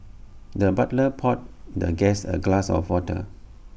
the butler poured the guest A glass of water